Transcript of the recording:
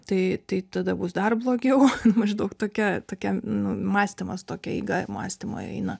tai tai tada bus dar blogiau maždaug tokia tokia nu mąstymas tokia eiga mąstymo eina